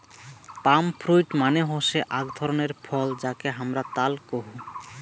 পাম fruit মানে হসে আক ধরণের ফল যাকে হামরা তাল কোহু